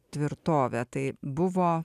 tvirtovę tai buvo